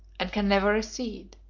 and can never recede.